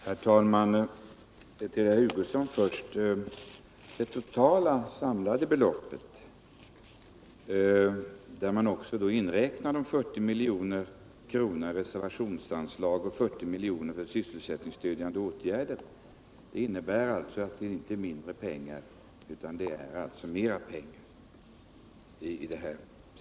Herr talman! Jag vill först vända mig till herr Hugosson och säga att det totala beloppet, i vilket man också har inräknat dessa 40 milj.kr. i reservationsanslag och 40 milj.kr. för sysselsättningsstödjande åtgärder, inte innebär att det här blir mindre pengar, utan det blir mera pengar.